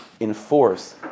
enforce